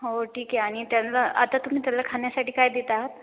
हो ठीक आहे आणि त्यांना आता तुम्ही त्यांना खाण्यासाठी काय देत आहात